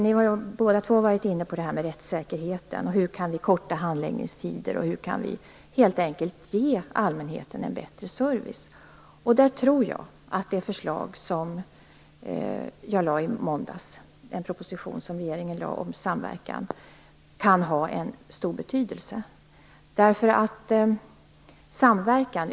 Ni har båda varit inne på rättssäkerheten och frågan om hur vi kan förkorta handläggningstider och helt enkelt ge allmänheten en bättre service. Jag tror att det förslag som jag har lagt fram, det förslag om samverkan som regeringen har lagt fram, kan ha stor betydelse.